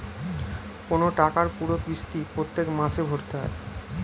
কোন টাকার পুরো কিস্তি প্রত্যেক মাসে ভরতে হয়